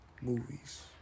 movies